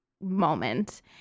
moment